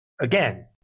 again